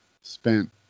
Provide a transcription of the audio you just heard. spent